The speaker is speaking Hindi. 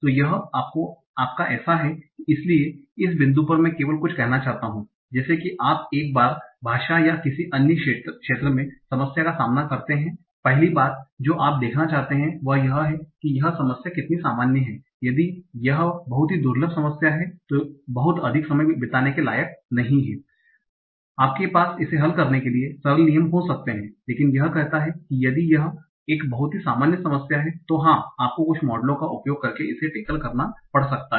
तो यह आपका ऐसा है इसलिए इस बिंदु पर मैं केवल कुछ कहना चाहता हूं जैसे कि आप एक बार भाषा या किसी अन्य क्षेत्र में समस्या का सामना करते हैं पहली बात जो आप देखना चाहते हैं वह यह है कि यह समस्या कितनी सामान्य है यदि यह बहुत ही दुर्लभ समस्या है तो बहुत अधिक समय बिताने के लायक नहीं है आपके पास इसे हल करने के लिए सरल नियम हो सकते हैं लेकिन यह कहता है कि यदि यह एक बहुत ही सामान्य समस्या है तो हाँ आपको कुछ मॉडलों का उपयोग करके इसे टेकल करना पड़ सकता है